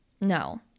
No